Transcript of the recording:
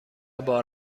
بار